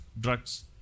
drugs